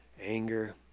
anger